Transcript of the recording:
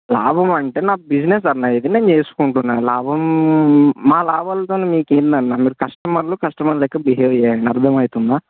లాభం అంటే నా బిజినెస్ అన్న ఇది నేను చేసుకుంటున్నా లాభం మా లాభాలతోని మీకేందన్న మీరూ కస్టమర్లు కస్టమర్ లెక్క బిహేవ్ చేయండి అర్థమైతుందా